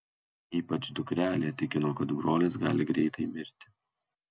ypač dukrelė tikino kad brolis gali greitai mirti